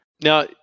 Now